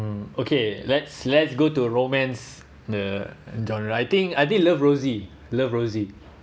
um okay let's let's go to romance the genre I think I think love rosie love rosie